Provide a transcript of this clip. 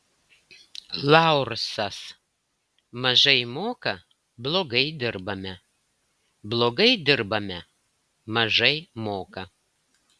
laursas mažai moka blogai dirbame blogai dirbame mažai moka